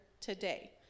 today